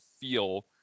feel